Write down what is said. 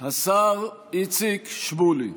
השר איציק שמולי.